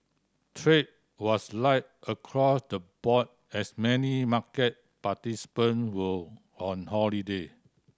trade was light across the board as many market participant were on holiday